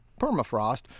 permafrost